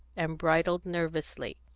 and bridled nervously.